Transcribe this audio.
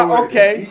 okay